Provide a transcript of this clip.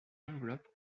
envelope